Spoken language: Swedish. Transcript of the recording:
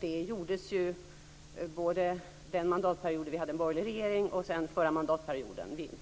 Det gjordes under den mandatperiod det var en borgerlig regering och under förra mandatperioden.